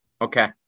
Okay